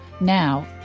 Now